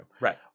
Right